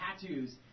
tattoos